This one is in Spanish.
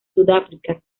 sudáfrica